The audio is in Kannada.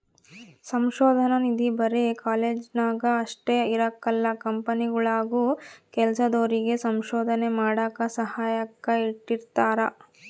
ಸಂಶೋಧನಾ ನಿಧಿ ಬರೆ ಕಾಲೇಜ್ನಾಗ ಅಷ್ಟೇ ಇರಕಲ್ಲ ಕಂಪನಿಗುಳಾಗೂ ಕೆಲ್ಸದೋರಿಗೆ ಸಂಶೋಧನೆ ಮಾಡಾಕ ಸಹಾಯಕ್ಕ ಇಟ್ಟಿರ್ತಾರ